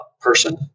person